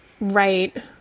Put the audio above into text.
Right